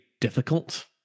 difficult